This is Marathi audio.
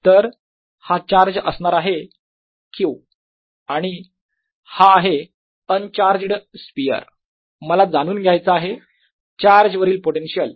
तर हा चार्ज असणार आहे Q आणि हा आहे अनचार्जड स्पियर मला जाणून घ्यायचा आहे चार्ज वरील पोटेन्शियल